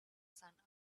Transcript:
sun